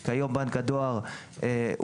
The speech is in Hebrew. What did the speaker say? כיום, בנק הדואר הוא